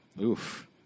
oof